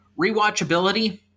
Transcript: Rewatchability